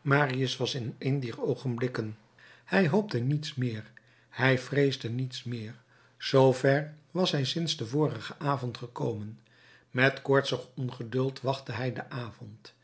marius was in een dier oogenblikken hij hoopte niets meer hij vreesde niets meer zoover was hij sinds den vorigen avond gekomen met koortsig ongeduld wachtte hij den avond